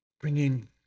bringing